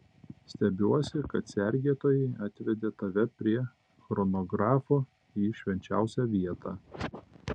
stebiuosi kad sergėtojai atvedė tave prie chronografo į švenčiausią vietą